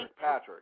Patrick